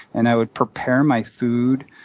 and i would prepare my food,